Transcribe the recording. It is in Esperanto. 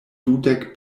dudek